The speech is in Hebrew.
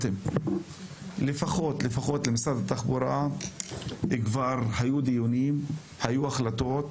לפחות למשרד התחבורה כבר היו דיונים, היו החלטות,